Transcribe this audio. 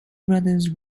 brothers